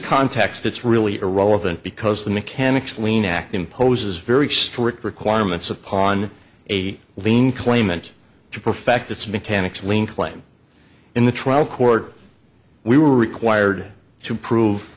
context it's really irrelevant because the mechanics lean act imposes very strict requirements upon a vein claimant to perfect its mechanic's lien claim in the trial court we were required to prove